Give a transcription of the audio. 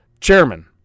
chairman